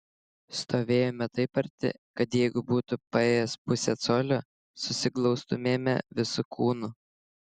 stovėjome taip arti kad jeigu būtų paėjęs pusę colio susiglaustumėme visu kūnu